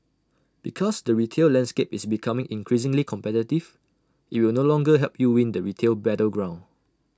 because the retail landscape is becoming increasingly competitive IT will no longer help you win the retail battleground